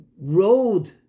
road